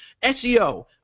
SEO